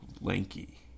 Lanky